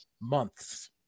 months